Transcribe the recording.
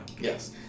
Yes